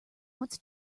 wants